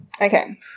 Okay